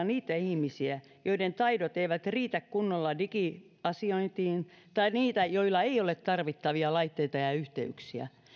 niitä ihmisiä joiden taidot eivät riitä kunnolla digiasiointiin tai niitä joilla ei ole tarvittavia laitteita ja ja yhteyksiä